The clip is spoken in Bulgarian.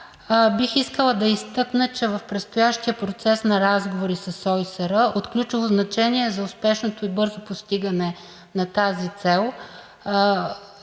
Бих искала да изтъкна, че в предстоящия процес на разговори с ОИСР от ключово значение за успешното и бързото постигане на тази цел,